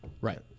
Right